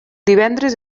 divendres